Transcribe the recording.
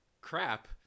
Crap